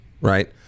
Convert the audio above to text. right